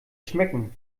schmecken